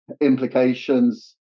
implications